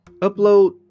upload